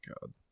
God